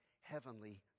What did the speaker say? heavenly